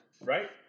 right